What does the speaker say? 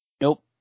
Nope